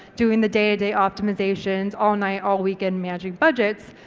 doing the day-to-day optimisations all night, all weekend, managing budgets.